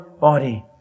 body